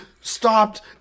stopped